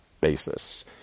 basis